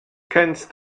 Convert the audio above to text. kennst